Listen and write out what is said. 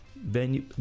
venue